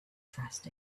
trust